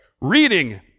Reading